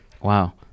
Wow